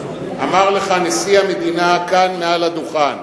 אמר לך נשיא המדינה כאן מעל לדוכן: